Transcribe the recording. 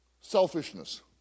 Selfishness